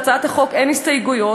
להצעת החוק אין הסתייגויות,